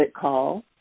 Call